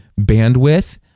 bandwidth